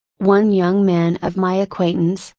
one young man of my acquaintance,